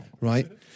right